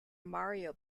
mario